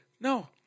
No